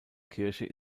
kirche